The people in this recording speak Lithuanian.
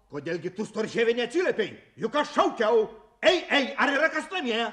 kodėl gi tu storžievi neatsiliepei juk aš šaukiau ei ei ar yra kas mane